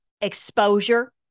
exposure